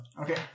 Okay